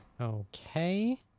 Okay